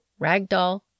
Ragdoll